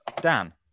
Dan